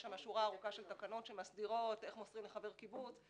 יש שם שורה ארוכה של תקנות איך מוסרים לחבר קיבוץ,